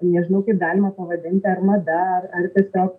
nežinau kaip galima pavadinti ar mada ar ar tiesiog